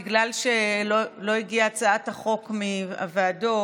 בגלל שלא הגיעה הצעת החוק מהוועדות